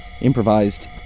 improvised